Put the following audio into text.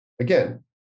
again